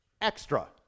extra